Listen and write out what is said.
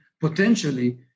potentially